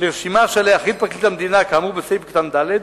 לרשימה שעליה החליט פרקליט המדינה כאמור בסעיף קטן (ד)(1),